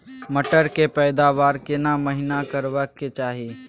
मटर के पैदावार केना महिना करबा के चाही?